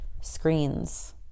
Screens